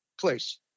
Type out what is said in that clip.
Please